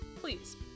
Please